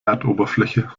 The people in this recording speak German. erdoberfläche